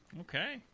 Okay